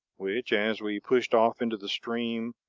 which, as we pushed off into the stream,